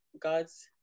God's